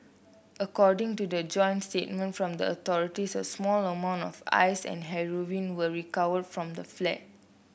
according to the joint statement from the authorities a small amount of Ice and heroin were recovered from the flat